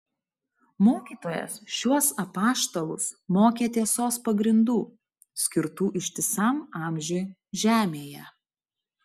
mokytojas šiuos apaštalus mokė tiesos pagrindų skirtų ištisam amžiui žemėje